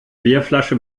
bierflasche